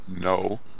No